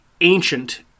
ancient